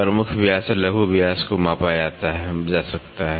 प्रमुख व्यास और लघु व्यास को मापा जा सकता है